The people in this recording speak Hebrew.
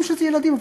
וחושבים שזה ילדים.